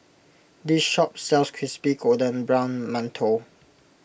this shop sells Crispy Golden Brown Mantou